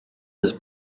his